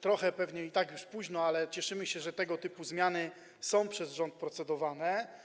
Trochę to i tak już późno, ale cieszymy się, że tego typu zmiany są przez rząd procedowane.